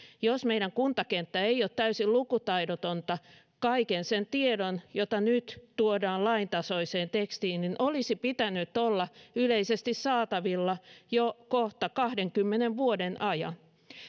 jos meidän kuntakenttämme ei ole täysin lukutaidotonta kaiken sen tiedon jota nyt tuodaan lain tasoiseen tekstiin olisi pitänyt olla yleisesti saatavilla jo kohta kahdenkymmenen vuoden ajan